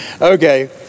Okay